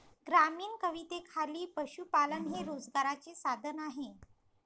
ग्रामीण कवितेखाली पशुपालन हे रोजगाराचे साधन आहे